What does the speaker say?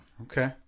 Okay